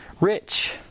rich